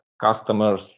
customers